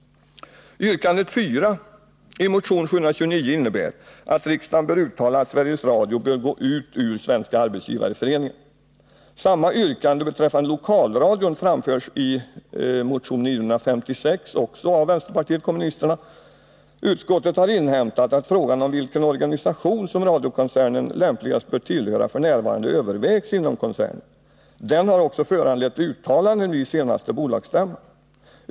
Yrkande 4 i motion 729 innebär att riksdagen bör uttala att Sveriges Radio bör gå ut ur Svenska arbetsgivareföreningen. Samma yrkande beträffande lokalradion framförs i motion 956, också av vänsterpartiet kommunisterna. Utskottet har inhämtat att frågan om vilken organisation som radiokoncernen lämpligast bör tillhöra f. n. övervägs inom koncernen. Den har också föranlett uttalanden vid senaste bolagsstämma.